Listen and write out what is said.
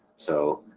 so